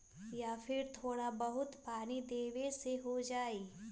या फिर थोड़ा बहुत पानी देबे से हो जाइ?